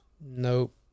Nope